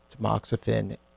tamoxifen